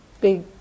big